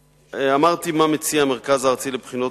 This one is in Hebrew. אמרתי מה מציע המרכז הארצי לבחינות